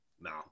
No